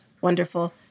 wonderful